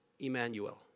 Emmanuel